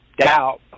doubt